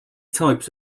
types